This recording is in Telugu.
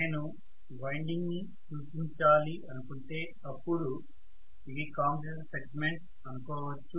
నేను వైండింగ్ ని సూచించాలి అనుకుంటే అప్పుడు ఇవి కమ్యుటేటర్ సెగ్మెంట్స్ అనుకోవచ్చు